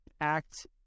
act